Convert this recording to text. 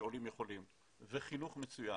חינוך מצוין,